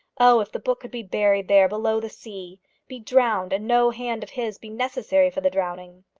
oh, if the book could be buried there below the sea be drowned and no hand of his be necessary for the drowning!